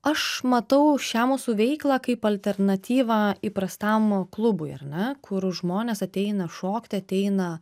aš matau šią mūsų veiklą kaip alternatyvą įprastam klubui ar ne kur žmonės ateina šokti ateina